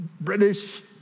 British